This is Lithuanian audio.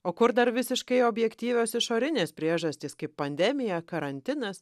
o kur dar visiškai objektyvios išorinės priežastys kaip pandemija karantinas